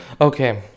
Okay